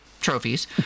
trophies